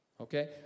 Okay